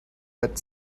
but